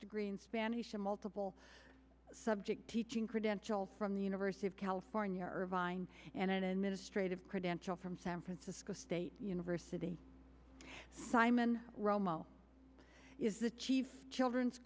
degree in spanish and multiple subject teaching credential from the university of california irvine and an administrative credential from san francisco state university simon romo is the chief children's